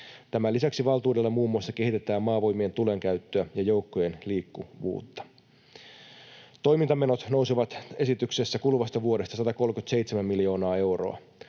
Tämän lisäksi valtuudella muun muassa kehitetään maavoimien tulenkäyttöä ja joukkojen liikkuvuutta. Toimintamenot nousevat esityksessä kuluvasta vuodesta 137 miljoonaa euroa.